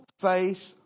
face